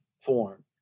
form